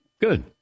Good